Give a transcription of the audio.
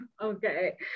Okay